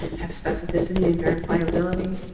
have specificity and verifiability,